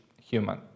human